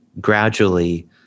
gradually